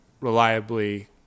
reliably